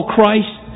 Christ